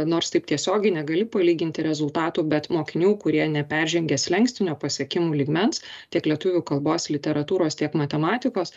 nors taip tiesiogiai negali palyginti rezultatų bet mokinių kurie neperžengia slenkstinio pasiekimų lygmens tiek lietuvių kalbos literatūros tiek matematikos